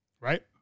Right